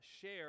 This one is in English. share